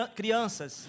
crianças